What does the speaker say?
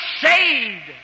saved